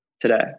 today